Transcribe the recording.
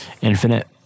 Infinite